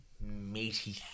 meaty